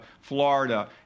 Florida